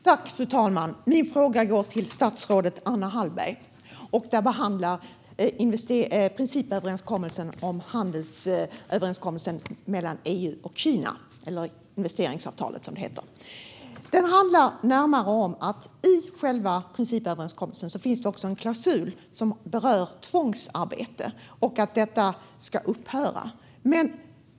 Fru talman! Min fråga går till statsrådet Anna Hallberg och handlar om principöverenskommelsen om handel mellan EU och Kina - investeringsavtalet, som det heter. I själva principöverenskommelsen finns det en klausul som berör tvångsarbete och att detta ska upphöra.